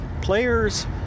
players